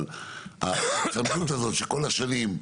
אבל הסמכות הזאת שכל השנים,